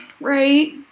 right